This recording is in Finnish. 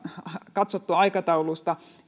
katsottu aikatauluista